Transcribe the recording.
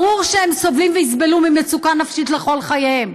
ברור שהם סובלים ויסבלו ממצוקה נפשית לכל חייהם.